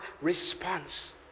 response